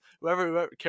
Whoever